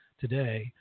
today